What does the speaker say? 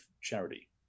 charity